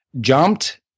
jumped